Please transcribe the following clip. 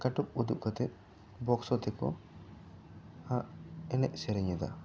ᱠᱟᱹᱴᱩᱵ ᱩᱫᱩᱜ ᱟᱛᱮ ᱵᱚᱠᱥ ᱟᱛᱮᱜ ᱠᱚ ᱮᱱᱮᱡ ᱥᱮᱨᱮᱧ ᱮᱫᱟ